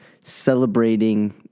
celebrating